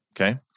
Okay